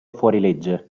fuorilegge